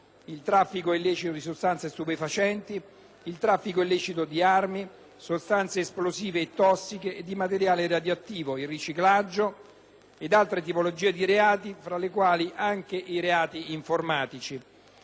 il traffico illecito di sostanze stupefacenti, il traffico illecito di armi, di sostanze esplosive e tossiche e di materiale radioattivo, il riciclaggio ed altre tipologie di reato, fra le quali anche i reati informatici.